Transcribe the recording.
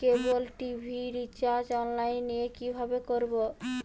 কেবল TV recharge online এ কিভাবে করব?